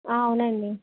అవునండి